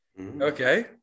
Okay